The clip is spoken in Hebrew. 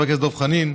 וחבר הכנסת דב חנין.